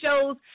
shows